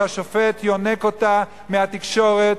שהשופט יונק אותה מהתקשורת,